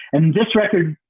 and this record,